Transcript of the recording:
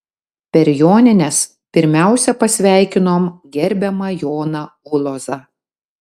per jonines pirmiausia pasveikinom gerbiamą joną ulozą